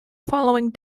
following